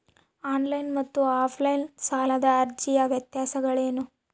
On line ಮತ್ತು offline ಸಾಲದ ಅರ್ಜಿಯ ವ್ಯತ್ಯಾಸಗಳೇನು?